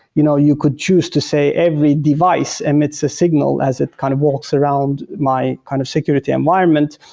you know you could choose to say every device emits a signal as it kind of walks around my kind of security environment,